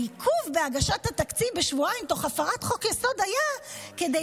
העיכוב בהגשת התקציב בשבועיים תוך הפרת חוק-היסוד היה כדי